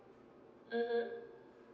mm mm